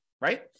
right